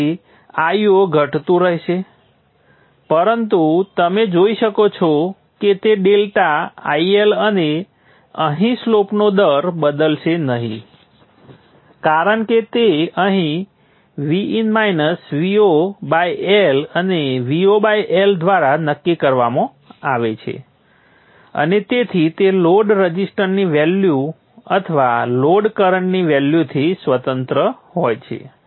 તેથી Io ઘટતું રહેશે પરંતુ તમે જોઈ શકો છો કે તે ડેલ્ટા IL અને અહીં સ્લોપનો દર બદલશે નહીં કારણ કે તે અહીં Vin - Vo L અને Vo L દ્વારા નક્કી કરવામાં આવે છે અને તેથી તે લોડ રઝિસ્ટરની વેલ્યુ અથવા લોડ કરન્ટની વેલ્યુથી સ્વતંત્ર હોય છે